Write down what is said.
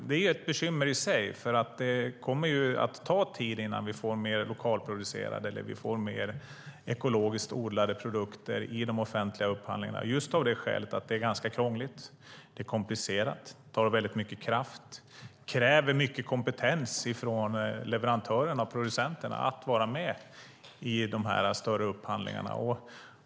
Det är ett bekymmer i sig, för det kommer att ta tid innan vi får mer ekologiskt odlade produkter i de offentliga upphandlingarna just av det skälet att det är ganska krångligt. Det är komplicerat, tar mycket kraft och kräver mycket kompetens från leverantörerna och producenterna att vara med i de här större upphandlingarna.